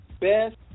best